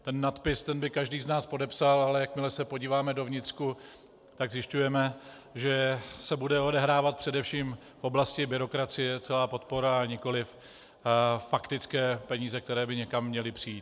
Ten nadpis by každý z nás podepsal, ale jakmile se podíváme dovnitř, tak zjišťujeme, že se bude odehrávat především v oblasti byrokracie celá podpora, a nikoliv faktické peníze, které by někam měly přijít.